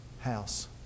house